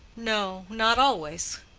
no not always.